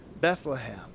Bethlehem